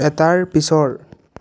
এটাৰ পিছৰ